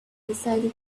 decided